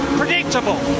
predictable